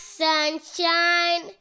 sunshine